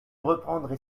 reprendrai